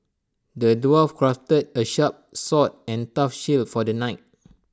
the dwarf crafted A sharp sword and A tough shield for the knight